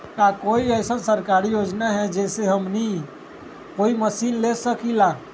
का कोई अइसन सरकारी योजना है जै से हमनी कोई मशीन ले सकीं ला?